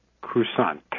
croissant